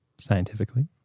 Scientifically